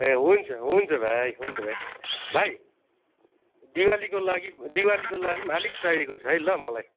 ए हुन्छ हुन्छ भाइ हुन्छ भाइ भाइ दिवालीको लागि दिवालीको लागि पनि अलिक चाहिएको छ है ल मलाई